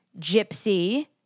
Gypsy